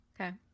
Okay